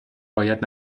رعایت